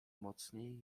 mocniej